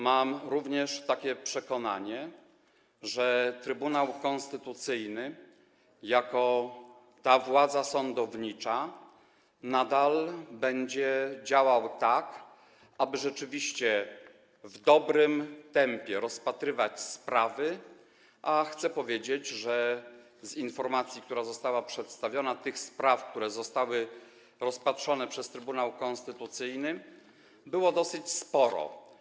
Mam również przekonanie, że Trybunał Konstytucyjny jako władza sądownicza nadal będzie działał tak, aby rzeczywiście w dobrym tempie rozpatrywać sprawy, a chcę powiedzieć, że z informacji, która została przedstawiona, wynika, że tych spraw, które zostały rozpatrzone przez Trybunał Konstytucyjny, było dosyć sporo.